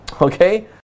okay